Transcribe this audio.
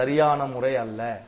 அது சரியான முறை அல்ல